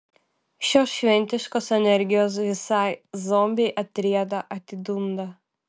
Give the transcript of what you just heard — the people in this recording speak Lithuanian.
šios šventiškos energijos visai zombiai atrieda atidunda